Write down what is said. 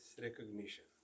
recognition